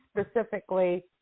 specifically